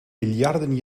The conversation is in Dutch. miljarden